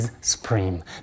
supreme